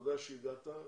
תודה שהגעת,